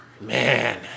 Man